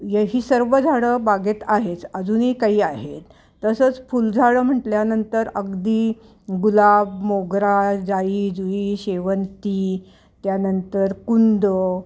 ये ही सर्व झाडं बागेत आहेच अजूनही काही आहेत तसंच फुलझाडं म्हटल्यानंतर अगदी गुलाब मोगरा जाई जुई शेवंती त्यानंतर कुंद